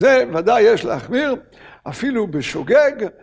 ‫זה ודאי יש להכביר, אפילו בשוגג.